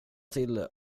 till